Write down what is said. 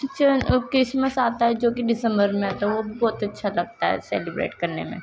Christian Christmas آتا ہے جوکہ دسمبر میں آتا ہے وہ بھی بہت اچّھا لگتا ہے سیلیبریٹ کرنے میں